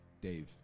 Dave